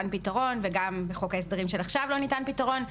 וגם בחוק ההסדרים של עכשיו לא ניתן פתרון,